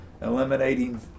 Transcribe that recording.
eliminating